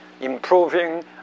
improving